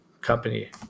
company